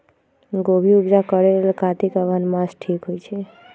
गोभि उपजा करेलेल कातिक अगहन मास ठीक होई छै